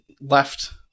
left